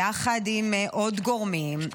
יחד עם עוד גורמים,